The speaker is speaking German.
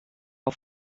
auf